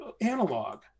analog